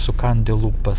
sukandę lūpas